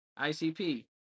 ICP